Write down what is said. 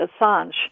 Assange